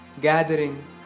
gathering